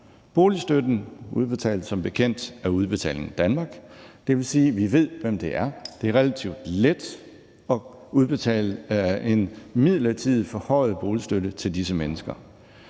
Boligstøtten udbetales som bekendt af Udbetaling Danmark. Det vil sige, at vi ved, hvem det er. Det er relativt let at udbetale en midlertidigt forhøjet boligstøtte til disse mennesker.